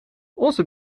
onze